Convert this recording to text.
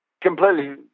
completely